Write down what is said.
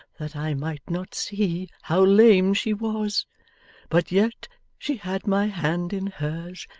that i might not see how lame she was but yet she had my hand in hers,